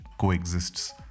coexists